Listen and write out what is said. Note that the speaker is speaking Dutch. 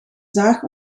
zaag